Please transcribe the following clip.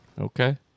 Okay